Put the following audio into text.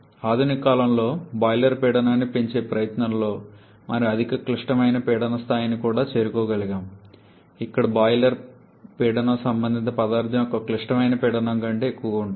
ఆధునిక కాలంలో బాయిలర్ పీడనాన్ని పెంచే ప్రయత్నంలో మనం అధిక క్లిష్టమైన పీడన స్థాయిని కూడా చేరుకోగలిగాము ఇక్కడ బాయిలర్ పీడనం సంబంధిత పదార్ధం యొక్క క్లిష్టమైన పీడనం కంటే ఎక్కువగా ఉంటుంది